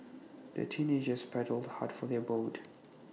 the teenagers paddled hard for their boat